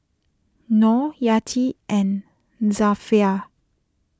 Nor Yati and Zafran